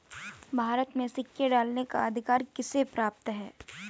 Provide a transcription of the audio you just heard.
भारत में सिक्के ढालने का अधिकार किसे प्राप्त है?